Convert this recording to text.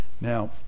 Now